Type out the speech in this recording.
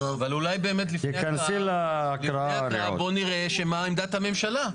אולי לפני ההקראה בואו נראה מה עמדת הממשלה.